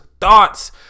thoughts